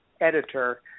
editor